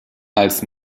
als